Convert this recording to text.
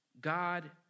God